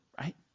Right